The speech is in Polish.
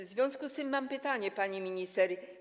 W związku z tym mam pytanie, pani minister.